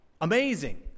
amazing